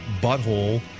butthole